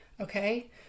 Okay